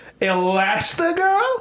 Elastigirl